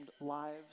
lives